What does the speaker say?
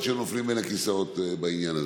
שהיו נופלים בין הכיסאות בעניין הזה.